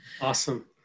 awesome